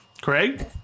Craig